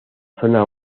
zona